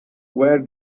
where